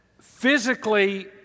physically